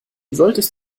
solltest